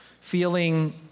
feeling